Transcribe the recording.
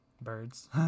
Birds